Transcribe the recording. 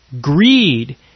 greed